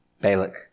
Balak